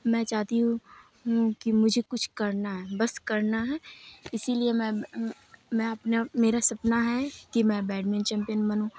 میں چاہتی ہوں کہ مجھے کچھ کرنا ہے بس کرنا ہے اسی لیے میں میں اپنا میرا سپنا ہے کہ میں بیڈمن چمپین بنوں